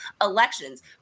elections